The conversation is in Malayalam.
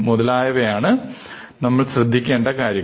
മുതായ്വായാണ് നമ്മൾ ശ്രെധിക്കേണ്ട കാര്യങ്ങൾ